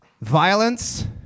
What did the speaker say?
Violence